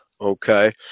okay